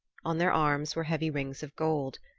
on their arms were heavy rings of gold,